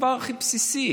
הדבר הכי בסיסי.